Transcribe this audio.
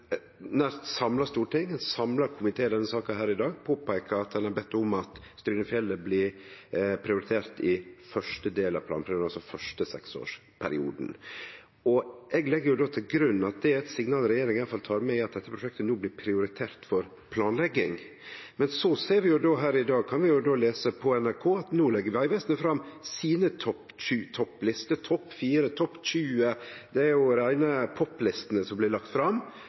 nær samla storting, ein samla komité i denne saka i dag, peika på at ein har bedt om at Strynefjellet blir prioritert i første del av planperioden, altså i den første seksårsperioden. Eg legg til grunn at det er eit signal regjeringa tek med seg, at prosjektet no blir prioritert for planlegging. Men så ser vi, og i dag kan vi lese på NRK, at no legg Vegvesenet fram sine topplister – topp 4, topp 20, det er reine poplistene som blir lagt fram